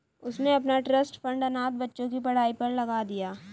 उसने अपना trust fund अनाथ बच्चों की पढ़ाई पर लगा दिया